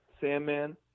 Sandman